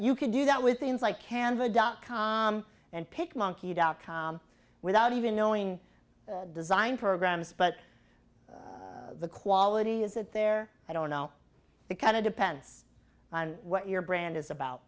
you can do that with things like kanva dot com and pic monkey dot com without even knowing the design programs but the quality is that there i don't know the kind of depends on what your brand is about